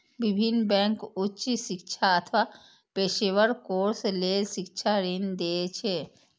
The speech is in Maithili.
विभिन्न बैंक उच्च शिक्षा अथवा पेशेवर कोर्स लेल शिक्षा ऋण दै छै